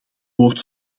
woord